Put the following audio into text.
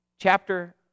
chapter